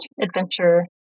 adventure